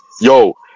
Yo